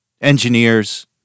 engineers